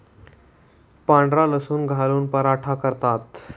पांढरा लसूण घालून पराठा करतात